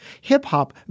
hip-hop